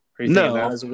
No